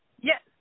Yes